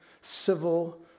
civil